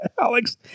alex